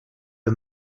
and